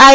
I